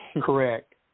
Correct